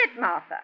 Martha